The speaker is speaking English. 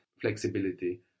flexibility